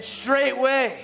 straightway